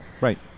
right